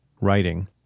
Writing